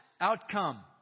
outcome